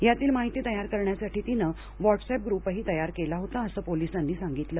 यातील माहिती तयार करण्यासाठी तिनं व्हॉटसअॅप ग्रुपही तयार केला होता असं पोलिसांनी सांगितलं